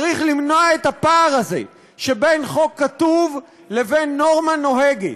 צריך למנוע את הפער הזה שבין חוק כתוב לבין נורמה נוהגת.